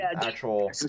actual